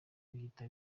bihita